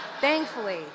thankfully